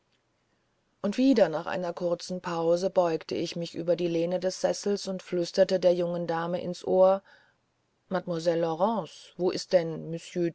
und wieder nach einer kurzen pause beugte ich mich über die lehne des sessels und flüsterte der jungen dame ins ohr mademoiselle laurence wo ist denn